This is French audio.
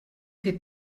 fait